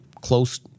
close